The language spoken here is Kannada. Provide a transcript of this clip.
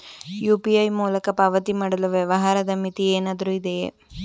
ಯು.ಪಿ.ಐ ಮೂಲಕ ಪಾವತಿ ಮಾಡಲು ವ್ಯವಹಾರದ ಮಿತಿ ಏನಾದರೂ ಇದೆಯೇ?